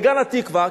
בגן-התקווה,